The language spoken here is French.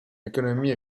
économie